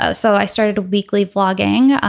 ah so i started weekly blogging.